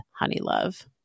Honeylove